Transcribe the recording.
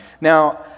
Now